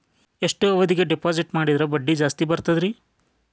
ಎಷ್ಟು ಅವಧಿಗೆ ಡಿಪಾಜಿಟ್ ಮಾಡಿದ್ರ ಬಡ್ಡಿ ಜಾಸ್ತಿ ಬರ್ತದ್ರಿ?